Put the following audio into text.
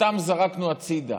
אותם זרקנו הצידה.